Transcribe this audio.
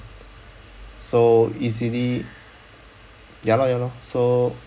so easily ya lor ya lor so